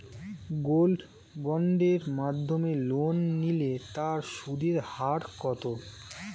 Gold বন্ডের মাধ্যমে loan নিলে তার সুদের হার কত?